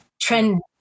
trend